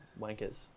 Wankers